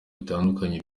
bitandukanye